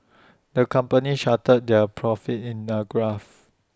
the company charted their profits in A graph